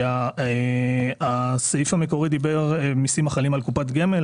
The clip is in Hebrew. כי הסעיף המקורי דיבר על מיסים החלים על קופת גמל,